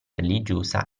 religiosa